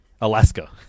Alaska